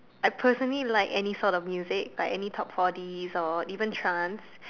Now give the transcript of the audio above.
I personally like any sort of music like any top four Ds or any trance